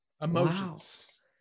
Emotions